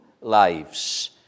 lives